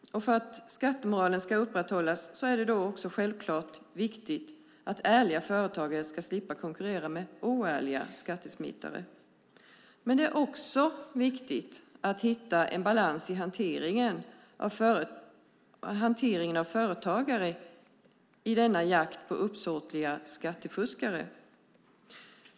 För att skattemoralen ska upprätthållas är det då också självklart viktigt att ärliga företagare ska slippa konkurrera med oärliga skattesmitare. Det är också viktigt att hitta en balans i hanteringen av företagare i denna jakt på uppsåtliga skattefuskare.